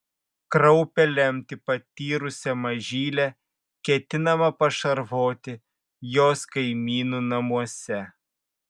kraupią lemtį patyrusią mažylę ketinama pašarvoti jos kaimynų namuose